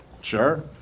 Sure